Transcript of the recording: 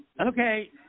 okay